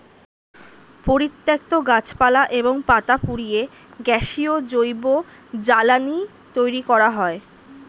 পরিত্যক্ত গাছপালা এবং পাতা পুড়িয়ে গ্যাসীয় জৈব জ্বালানি তৈরি করা হয়